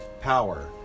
power